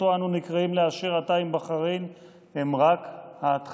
בחריין שאותו אנו נקראים לאשר עתה הם רק ההתחלה.